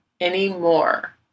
anymore